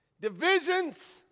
divisions